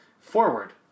forward